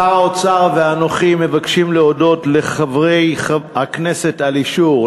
שר האוצר ואנוכי מבקשים להודות לחברי הכנסת על אישור,